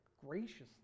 graciously